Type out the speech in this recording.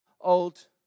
old